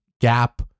Gap